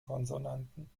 konsonanten